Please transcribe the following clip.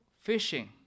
fishing